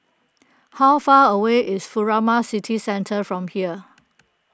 how far away is Furama City Centre from here